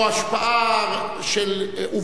או השפעה של אומות העולם עלינו,